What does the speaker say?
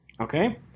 Okay